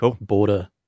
border